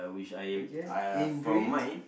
okay in green